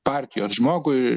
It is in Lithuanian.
partijos žmogui